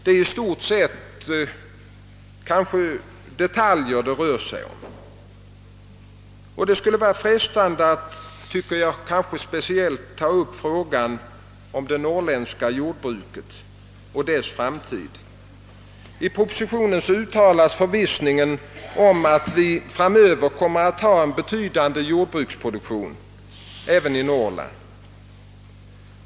Det rör sig i stort sett om detaljer. Det skulle vara frestande att ta upp speciellt frågan om det norrländska jordbruket och dess framtid. I propositionen uttalas förvissningen att det framöver kommer att finnas en betydande jordbruksproduktion även i Norrland.